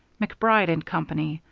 macbride and company,